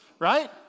Right